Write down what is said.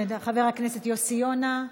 חבר הכנסת יוסי יונה,